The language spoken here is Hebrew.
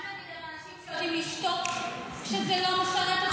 מה תגיד על האנשים שיודעים לשתוק כשזה לא משרת אותם?